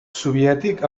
soviètic